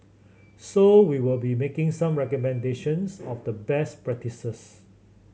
so we will be making some recommendations of best